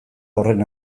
horren